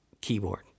keyboard